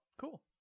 Cool